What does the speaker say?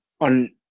on